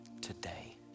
today